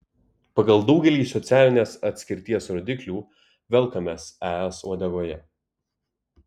pagal daugelį socialinės atskirties rodiklių velkamės es uodegoje